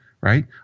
right